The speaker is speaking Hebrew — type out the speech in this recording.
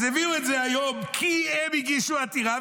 אז הביאו את זה היום כי הם הגישו עתירה,